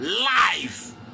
Life